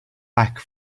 back